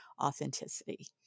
authenticity